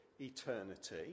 eternity